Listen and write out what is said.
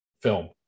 film